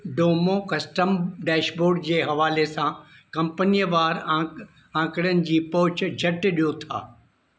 डोमो custom dashboard जे हवाले सां कंपनीअ वारु आक आकड़नि जी पहुच झटि ॾियो था